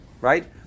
right